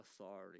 authority